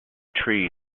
tree